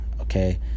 Okay